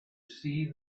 see